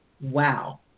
wow